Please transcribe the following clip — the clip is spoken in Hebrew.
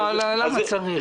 אני לא אמרתי את זה.